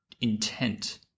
intent